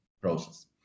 process